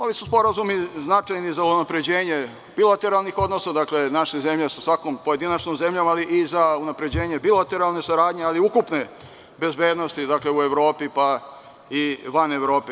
Ovi su sporazumi značajni za unapređenje bilateralnih odnosa, dakle, naše zemlje sa svakom pojedinačnom zemljom, ali i za unapređenje bilateralne saradnje, ali i ukupne bezbednosti u Evropi pa i van Evrope.